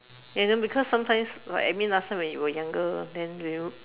and then because sometimes like I mean last time when you are younger then you know